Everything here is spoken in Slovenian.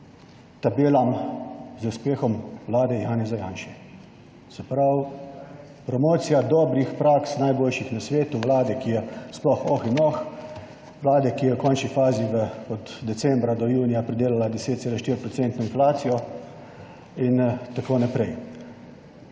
tabelam z uspehom vlade Janeza Janše. Se pravi, promocija dobrih praks, najboljših na svetu, vlade, ki je sploh oh in oh, vlade, ki je v končni fazi v od decembra do junija pridelala 10,4 % inflacijo in tako naprej.